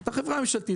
אתה חברה ממשלתית,